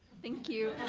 thank you.